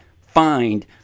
find